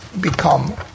become